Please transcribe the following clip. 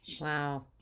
Wow